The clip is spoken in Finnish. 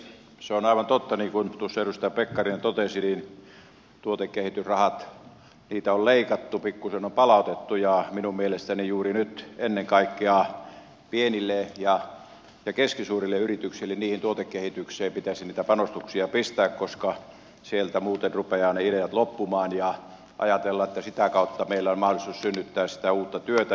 se on aivan totta niin kuin tuossa edustaja pekkarinen totesi että tuotekehitysrahoja on leikattu pikkuisen palautettu ja minun mielestäni juuri nyt ennen kaikkea pienille ja keskisuurille yrityksille tuotekehitykseen pitäisi niitä panoksia pistää koska sieltä muuten rupeavat ne ideat loppumaan ja ajatella että sitä kautta meillä on mahdollisuus synnyttää sitä uutta työtä